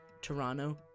Toronto